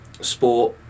sport